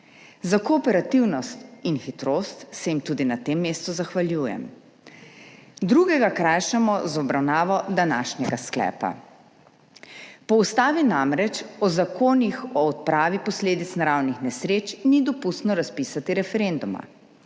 Za kooperativnost in hitrost se jim tudi na tem mestu zahvaljujem. Drugega krajšamo z obravnavo današnjega sklepa. Po ustavi namreč o zakonih o odpravi posledic naravnih nesreč ni dopustno razpisati referenduma.